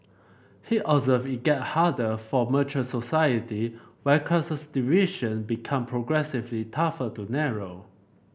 he observed it get harder for mature society where class division become progressively tougher to narrow